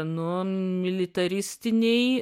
nu militaristiniai